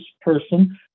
person